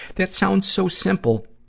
that sounds so simple,